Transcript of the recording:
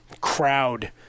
crowd